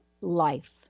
life